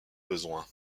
besoin